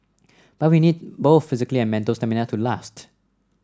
but we need both physical and mental stamina to last